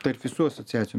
tarp visų asociacijų